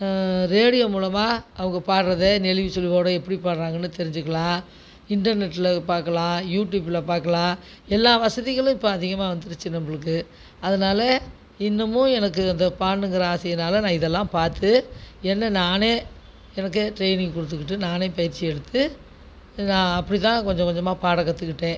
radio மூலமாக அவங்க பாடுகிறத நெளிவு சுளிவோட எப்படி பாடுகிறாங்கனு தெரிஞ்சுக்கலாம் இன்டர்நெட்டில் பார்க்கலாம் யூட்யூப்பில் பார்க்கலாம் எல்லா வசதிகளும் இப்போ அதிகமாக வந்துருச்சு நம்மளுக்கு அதனால் இன்னுமும் எனக்கு அந்த பாடணுங்கிற ஆசையினால் நான் இதெலாம் பார்த்து என்ன நானே எனக்கு ட்ரெய்னிங் கொடுத்துகிட்டு நானே பயிற்சி எடுத்து நான் அப்படிதான் கொஞ்சம் கொஞ்சமாக பாட கற்றுக்கிட்டேன்